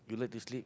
you like to sleep